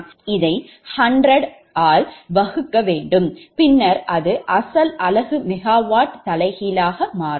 இதை 100 ஆல் வகுக்க வேண்டும் பின்னர் அது அசல் அலகு மெகாவாட் தலைகீழாக மாறும்